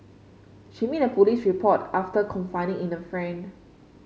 she made a police report after confiding in a friend